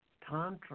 Tantra